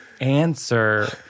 answer